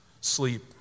sleep